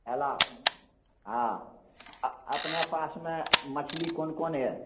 hello हँ अपने पासमे मछली कोन कोन यऽ